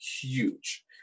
huge